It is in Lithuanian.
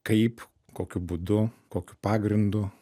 kaip kokiu būdu kokiu pagrindu